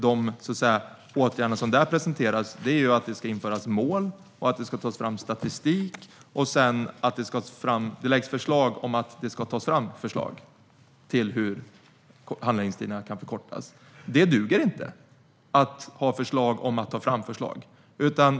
De åtgärder som presenteras där är att det ska införas mål och att det ska tas fram statistik, och det läggs förslag om att det ska tas fram förslag till hur handläggningstiderna kan förkortas. Det duger inte att bara ha förslag om att ta fram förslag.